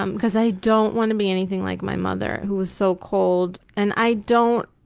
um cause i don't want to be anything like my mother who was so cold and i don't,